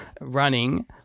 running